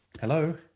hello